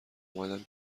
اومدم